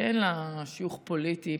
שאין לה שיוך פוליטי,